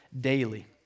daily